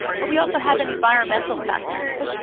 but we also have environmental factors,